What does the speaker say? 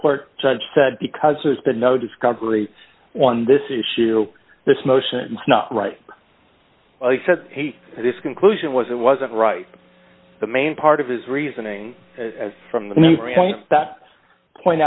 court judge said because there's been no discovery on this issue this motion he said he this conclusion was it wasn't right the main part of his reasoning as from the new point